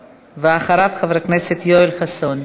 ואחריו, חבר הכנסת יואל חסון.